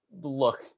look